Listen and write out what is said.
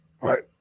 right